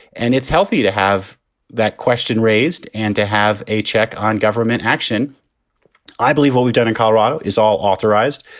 and it's healthy to have that question raised and to have a check on government action i believe what we've done in colorado is all authorized.